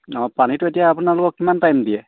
অঁ পানীটো এতিয়া আপোনালোকক কিমান টাইম দিয়ে